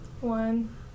One